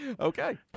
Okay